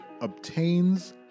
obtains